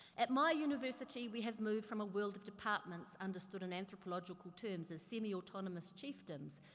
at my university, we have moved from a world of departments understood in anthropological terms as semi-autonomous chiefdoms.